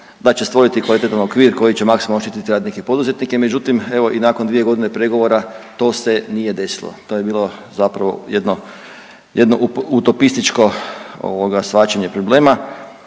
da će stvoriti kvalitetan okvir koji će maksimalno štititi radnike i poduzetnike, međutim evo i nakon 2.g. pregovora to se nije desilo, to je bilo zapravo jedno, jedno utopističko ovoga shvaćanje problema,